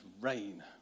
rain